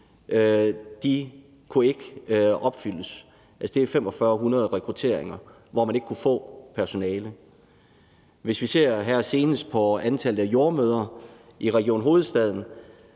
kunne ikke opfyldes. Det er 4.500 rekrutteringer, hvor man ikke kunne få personale. Hvis vi ser på antallet af jordemødre i Region Hovedstaden